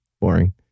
boring